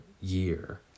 year